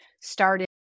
started